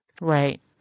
Right